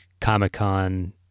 comic-con